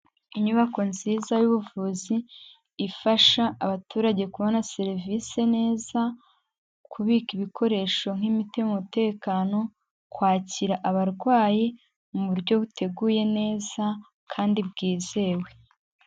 Inyubako nziza y'ubuvuzi ifasha abaturage kubona serivisi neza, kubika ibikoresho nk'imiti mu mutekano, kwakira abarwayi mu buryo buteguye neza kandi bwizewe.